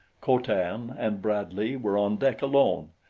co-tan and bradley were on deck alone,